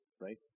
right